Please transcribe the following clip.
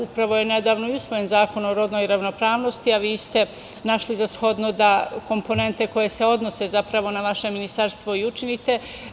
Upravo je nedavno i usvojen Zakon o rodnoj ravnopravnosti, a vi ste našli za shodno da komponente koje se odnose zapravo na vaše ministarstvo i učinite.